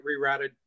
rerouted